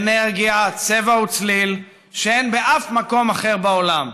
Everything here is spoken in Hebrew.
אנרגיה, צבע וצליל שאין באף מקום אחר בעולם.